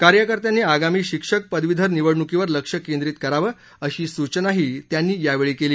कार्यकर्त्यांनी आगामी शिक्षक पदवीधर निवडणुकीवर लक्ष केंद्रीत करावं अशी सूचनाही त्यांनी यावेळी केली